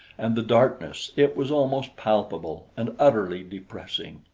and the darkness! it was almost palpable, and utterly depressing.